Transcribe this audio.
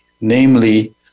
namely